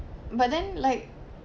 but then like